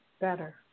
better